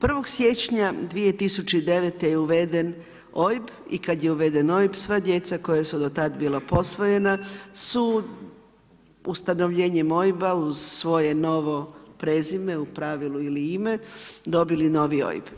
1. siječnja 2009. je uveden OIB i kada je uveden OIB sva djeca koja su bila posvojena su ustanovljenjem OIB-a uz svoje novo prezime u pravilu ili ime dobili novi OIB.